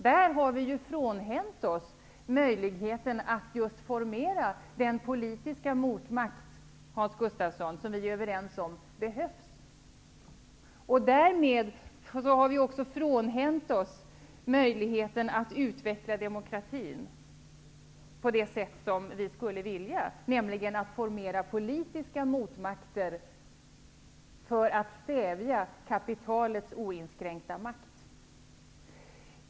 Där har vi frånhänt oss möjligheten att formera den politiska motmakt som vi, Hans Gustafsson, är överens om behövs. Därmed har vi också frånhänt oss möjligheten att utveckla demokratin på det sätt som vi skulle vilja, nämligen att formera politiska motmakter för att stävja kapitalets oinskränkta makt.